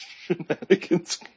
shenanigans